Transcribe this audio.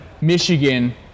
Michigan